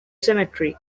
cemetery